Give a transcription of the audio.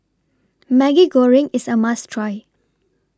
Maggi Goreng IS A must Try